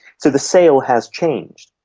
so the sale has changed.